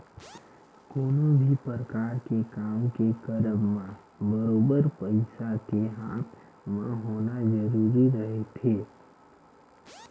कोनो भी परकार के काम के करब म बरोबर पइसा के हाथ म होना जरुरी रहिथे